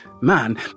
man